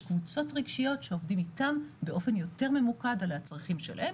יש קבוצות רגשיות שעובדים איתם באופן יותר ממוקד על הצרכים שלהם.